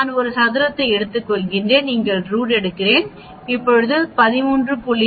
நான் ஒரு சதுரத்தை எடுத்துக்கொள்கிறேன் இங்கே ரூட் இது 13